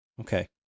Okay